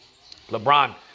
LeBron